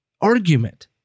argument